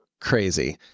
crazy